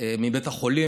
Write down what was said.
מבית החולים.